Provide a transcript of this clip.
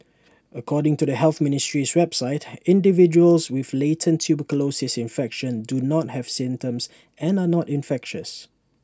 according to the health ministry's website individuals with latent tuberculosis infection do not have symptoms and are not infectious